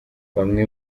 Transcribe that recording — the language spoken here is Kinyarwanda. bamwe